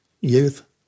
youth